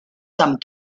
some